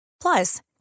Plus